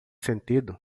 sentido